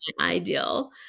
ideal